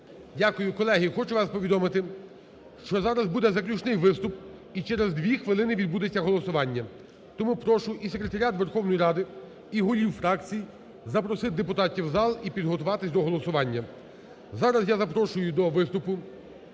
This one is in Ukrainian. Дякую. Колеги, хочу вас повідомити, що зараз буде заключний виступ і через дві хвилини відбудеться голосування. Тому прошу і Секретаріат Верховної Ради, і голів фракцій запросити депутатів в зал, і підготуватися до голосування. Зараз я запрошую до виступу